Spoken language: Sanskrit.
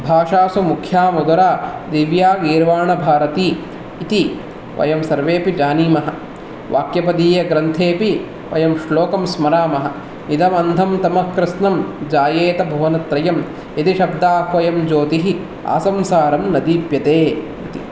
भाषासु मुख्या मधुरा दिव्या गीर्वाणभारती इति वयं सर्वेऽपि जानीमः वाक्यपदीयग्रन्थेऽपि अयं श्लोकं स्मरामः इदमन्धं तमः कृत्स्नं जायेत भुवनत्रयम् इति शब्दाह्वयं ज्योतिः आसंसारं न दीप्यते इति